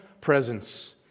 presence